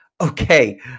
Okay